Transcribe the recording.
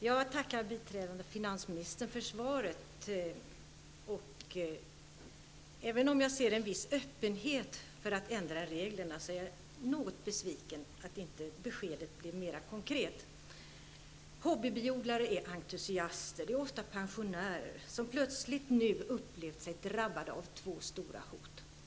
Jag tackar biträdande finansministern för svaret. Även om jag jag ser en viss öppenhet för att ändra reglerna är jag något besviken över att besked inte var mer konkret. Hobbybiodlare är entusiaster. De är ofta pensionärer och upplever sig nu plötsligt vara drabbade av två stora hot.